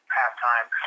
halftime